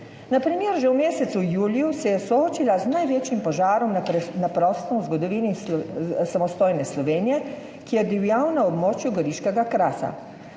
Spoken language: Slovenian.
Na primer, že v mesecu juliju se je soočila z največjim požarom na prostem v zgodovini samostojne Slovenije, ki je divjal na območju Goriškega Krasa.